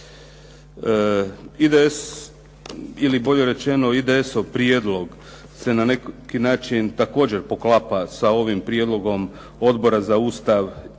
IDS ili bolje rečeno IDS-ov prijedlog se na neki način također poklapa sa ovim prijedlogom Odbora za Ustav i